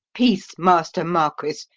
peace, master marquis,